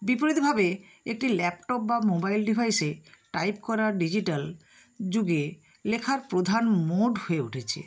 বিপরীতভাবে একটি ল্যাপটপ বা মোবাইল ডিভাইসে টাইপ করার ডিজিটাল যুগে লেখার প্রধান মোড হয়ে উঠেছে